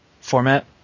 format